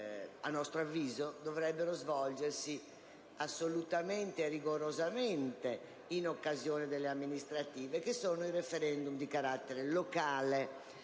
Grazie